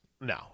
No